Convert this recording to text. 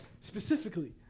specifically